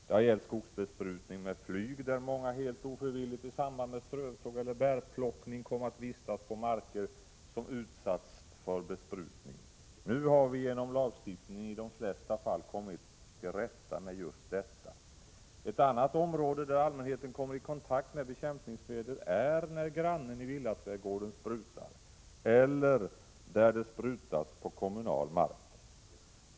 Det har gällt skogsbesprutning med flyg, där många helt ofrivilligt i samband med strövtåg eller bärplockning kommit att vistas på marker som utsatts för besprutning. Nu har vi genom lagstiftningen i de flesta fall kommit till rätta med just detta. Ett annat område där allmänheten kommer i kontakt med bekämpningsmedel är när grannen i villaträdgården sprutar eller när det sprutas på kommunal mark.